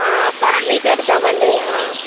బాగానే కడతామండి